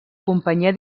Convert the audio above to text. companyia